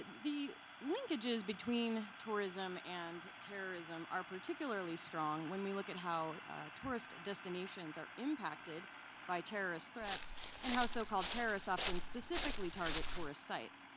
the linkages between tourism and terrorism are particularly strong when we look at how tourist destinations are impacted by terrorist threats and how so-called terrorists often specifically target tourist sites.